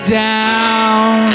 down